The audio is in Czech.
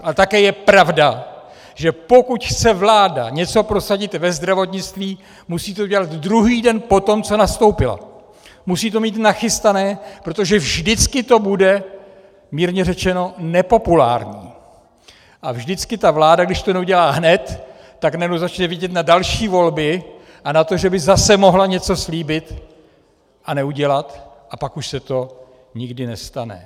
A také je pravda, že pokud chce vláda něco prosadit ve zdravotnictví, musí to udělat druhý den poté, co nastoupila, musí to mít nachystané, protože vždycky to bude mírně řečeno nepopulární a vždycky ta vláda, když to neudělá hned, najednou začne vidět na další volby a na to, že by zase mohla něco slíbit a neudělat, a pak už se to nikdy nestane.